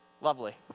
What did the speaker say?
Lovely